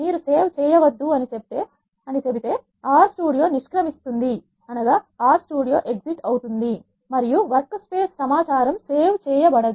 మీరు సేవ్ చేయవద్దు అని చెబితే R స్టూడియో నిష్క్రమిస్తుంది మరియు వర్క్ స్పేస్ సమాచారం సేవ్ చేయ బడదు